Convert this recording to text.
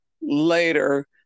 later